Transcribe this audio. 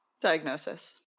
Diagnosis